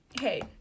Hey